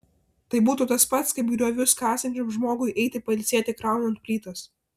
tai būtų tas pats kaip griovius kasančiam žmogui eiti pailsėti kraunant plytas